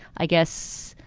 i guess,